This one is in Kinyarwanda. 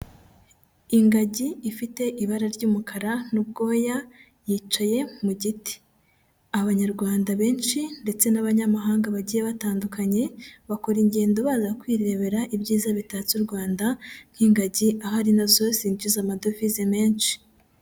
Ingagi ifite ibara ry'umukara n'ubwoya yicaye mu giti. Abanyarwanda benshi ndetse n'abanyamahanga bagiye batandukanye bakora ingendo baza kwirebera ibyiza bitatse u Rwanda nk'ingagi ahari na zo zinjiza amadovize menshi.